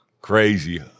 crazy